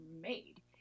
Made